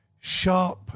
sharp